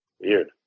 Weird